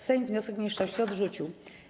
Sejm wniosek mniejszości odrzucił.